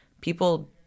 People